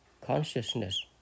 consciousness